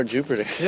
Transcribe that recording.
Jupiter